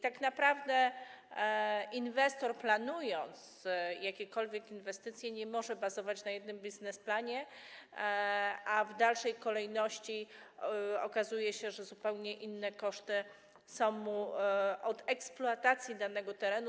Tak naprawdę inwestor, planując jakiekolwiek inwestycje, nie może bazować na jednym biznesplanie, a w dalszej kolejności okazuje się, że zupełnie inne koszty są mu systematycznie naliczane od eksploatacji danego terenu.